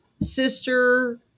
sister